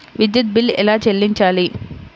విద్యుత్ బిల్ ఎలా చెల్లించాలి?